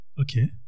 Okay